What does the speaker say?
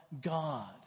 God